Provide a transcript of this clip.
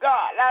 God